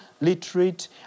literate